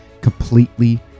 completely